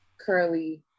curly